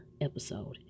episode